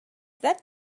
that